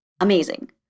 Amazing